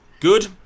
Good